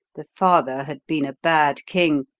the father had been a bad king,